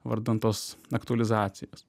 vardan tos aktualizacijos